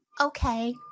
Okay